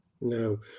No